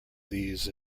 these